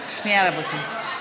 התשע"ו 2015, נתקבלה.